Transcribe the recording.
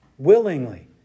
willingly